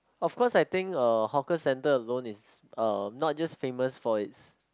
of course I think uh hawker centre alone is uh not just famous for its